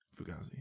Fugazi